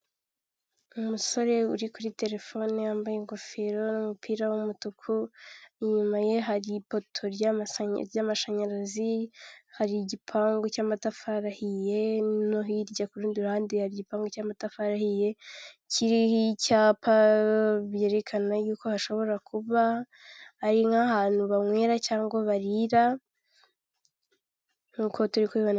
Umusore uri kuri terefone yambaye ingofero n'umupira w'umutuku inyuma ye hari ipoto ryama ry'amashanyarazi hari igipangu cy'amatafari ahiye no hirya ku rundi ruhanande hari igipangu cy'amatafari ahiye kiriho icyapa byerekana yuko hashobora kuba ari nk'ahantu banywera cyangwa barira nkuko turi kubibona.